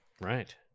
Right